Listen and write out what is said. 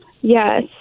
Yes